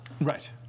Right